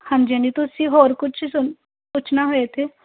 ਹਾਂਜੀ ਹਾਂਜੀ ਤੁਸੀਂ ਹੋਰ ਕੁਛ ਸ ਪੁੱਛਣਾ ਹੋਏ ਤਾਂ